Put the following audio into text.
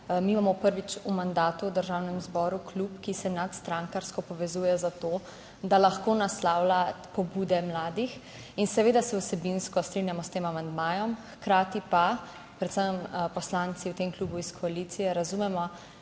Mi imamo prvič v mandatu v Državnem zboru klub, ki se nadstrankarsko povezuje zato, da lahko naslavlja pobude mladih in seveda se vsebinsko strinjamo s tem amandmajem, hkrati pa predvsem poslanci v tem klubu iz koalicije razumemo,